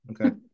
Okay